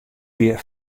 wie